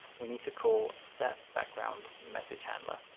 we need to call set background message handler.